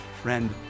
Friend